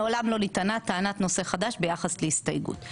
מעולם לא נטענה טענת נושא חדש ביחס להסתייגות.